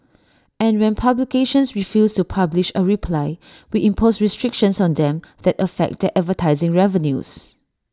and when publications refuse to publish A reply we impose restrictions on them that affect their advertising revenues